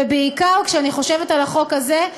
ובעיקר, כשאני חושבת על החוק הזה,